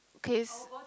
case